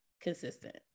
consistent